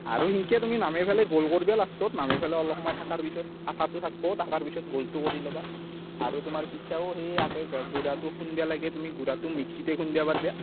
আৰু তেনকে তুমি নামে ফেলে গোল কৰিবা লাষ্টত নামে ফেলে অলপ সময় থাকাৰ পিছত আধাতো থাকব থাকাৰ পাচত গুলটো কৰি ল'বা আৰু তোমাৰ পিঠাও সেই আকে গুড়াটো খুনবা লাগে তুমি গুড়াটো মিক্সিতে খুনবা পাৰিবা